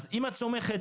אז אם את סומכת,